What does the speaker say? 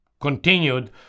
continued